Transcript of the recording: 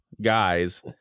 guys